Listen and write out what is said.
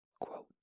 quote